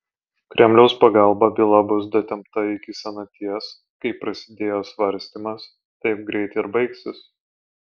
kremliaus pagalba byla bus datempta iki senaties kaip prasidėjo svarstymas taip greit ir baigsis